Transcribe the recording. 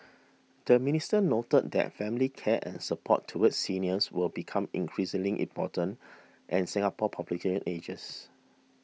the minister noted that family care and support towards seniors will become increasingly important as Singapore's population ages